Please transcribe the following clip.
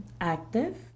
Active